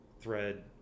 thread